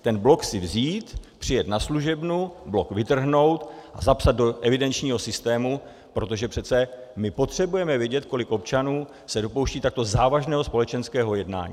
Ten blok si vzít, přijet na služebnu, blok vytrhnout a zapsat do evidenčního systému, protože přece my potřebujeme vědět, kolik občanů se dopouští takto závažného společenského jednání.